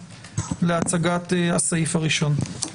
להצגת הסעיף הראשון.